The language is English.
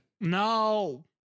No